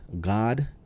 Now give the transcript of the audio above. God